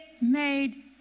made